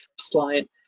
slide